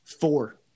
four